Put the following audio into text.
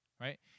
right